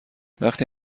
وقتی